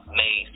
made